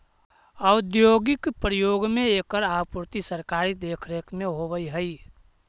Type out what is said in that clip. औद्योगिक प्रयोग में एकर आपूर्ति सरकारी देखरेख में होवऽ हइ